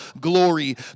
glory